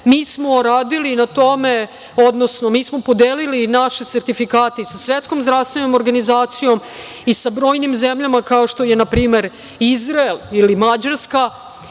smo radili na tome, odnosno mi smo podelili naše sertifikate i sa Svetskom zdravstvenom organizacijom i sa brojnim zemljama, kao što su na primer Izrael ili Mađarska,